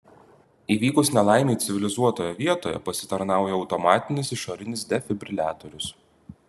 įvykus nelaimei civilizuotoje vietoje pasitarnauja automatinis išorinis defibriliatoriaus